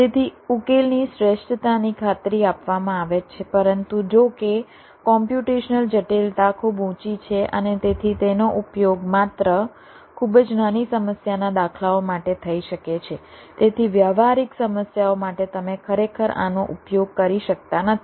તેથી ઉકેલની શ્રેષ્ઠતાની ખાતરી આપવામાં આવે છે પરંતુ જો કે કોમ્પ્યુટેશનલ જટિલતા ખૂબ ઊંચી છે અને તેથી તેનો ઉપયોગ માત્ર ખૂબ જ નાની સમસ્યાના દાખલાઓ માટે થઈ શકે છે તેથી વ્યવહારિક સમસ્યાઓ માટે તમે ખરેખર આનો ઉપયોગ કરી શકતા નથી